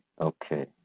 Okay